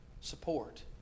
support